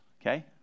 okay